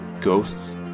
ghosts